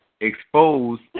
exposed